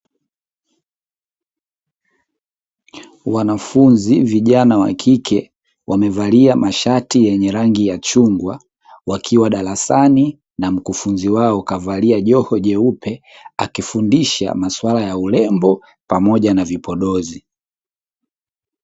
Wanafunzi vijana wa kike wamevalia mashati yenye rangi ya chungwa, wakiwa darasani na mkufunzi wao kavalia joho jeupe, akifundisha masuala ya urembo pamoja na vipodozi.